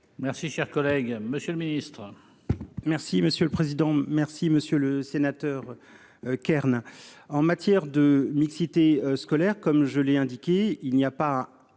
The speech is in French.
Merci, cher collègue, Monsieur le Ministre.